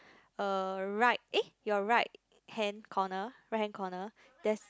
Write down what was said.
uh right eh your right hand corner right hand corner there's